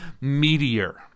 meteor